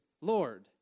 Lord